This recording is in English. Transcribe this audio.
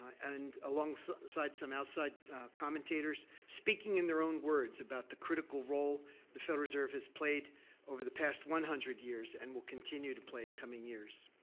and alongside some outside commentators, speaking in their own words about the critical role the federal reserve has played over the past one hundred years and will continue to play in coming years.